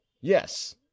yes